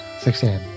Sixteen